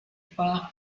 part